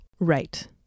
Right